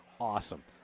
awesome